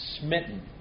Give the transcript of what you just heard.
smitten